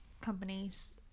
companies